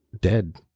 Dead